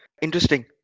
Interesting